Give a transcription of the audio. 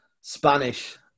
Spanish